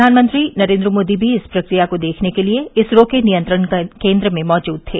प्रवानमंत्री नरेन्द्र मोदी भी इस प्रक्रिया को देखने के लिए इसरो के नियंत्रण केन्द्र में मौजूद थे